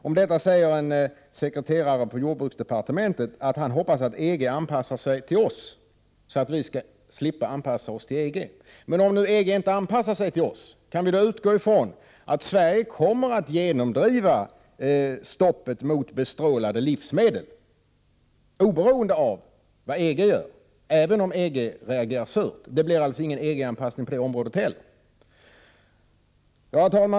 Om detta säger en sekreterare på jordbruksdepartementet att han hoppas att EG anpassar sig till Sverige, så att Sverige skall slippa anpassa sig till EG. Men om EG inte anpassar sig till Sverige, kan man då utgå från att Sverige kommer att genomdriva förslaget om förbud mot bestrålade livsmedel oberoende av vad EG gör och om EG reagerar surt? Blir det då ingen EG-anpassning på det området heller? Herr talman!